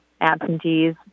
absentees